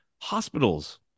Hospitals